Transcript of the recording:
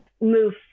move